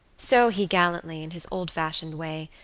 so he gallantly, in his old-fashioned way,